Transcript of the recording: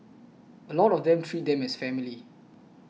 a lot of them treat them as family